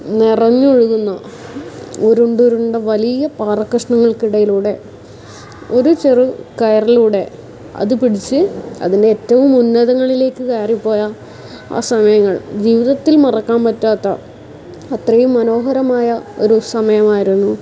നിറഞ്ഞൊഴുകുന്ന ഉരുണ്ടുരുണ്ട വലിയ പാറകഷ്ണങ്ങൾക്കിടയിലൂടെ ഒരു ചെറു കയറിലൂടെ അത് പിടിച്ച് അതിൻ്റെ ഏറ്റവും ഉന്നതങ്ങളിലേക്ക് കയറി പോയ ആ സമയങ്ങൾ ജീവിതത്തിൽ മറക്കാൻ പറ്റാത്ത അത്രയും മനോഹരമായ ഒരു സമയമായിരുന്നു